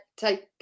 take